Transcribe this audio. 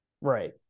right